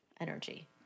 energy